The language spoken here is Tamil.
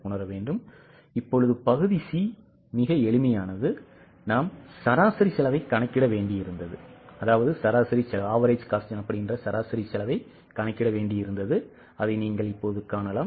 C பகுதி எளிமையானது நாங்கள் சராசரி செலவைக் கணக்கிட வேண்டியிருந்தது அதை நீங்கள் காணலாம்